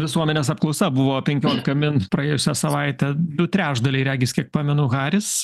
visuomenės apklausa buvo penkiolika min praėjusią savaitę du trečdaliai regis kiek pamenu haris